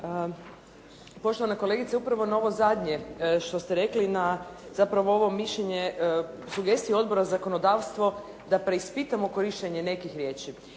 Poštovana kolegice, upravo na ovo zadnje što ste rekli, na zapravo ovo mišljenje, sugestiju Odbora za zakonodavstvo da preispitamo korištenje nekih riječi.